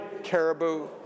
caribou